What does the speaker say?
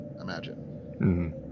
imagine